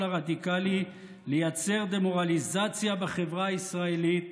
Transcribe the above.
הרדיקלי לייצר דמורליזציה בחברה הישראלית